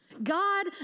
God